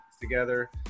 together